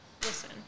Listen